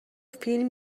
فیلم